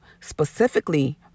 specifically